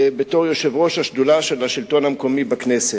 בתור יושב-ראש השדולה של השלטון המקומי בכנסת,